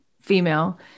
female